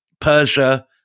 Persia